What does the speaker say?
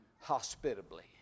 hospitably